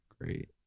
great